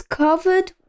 covered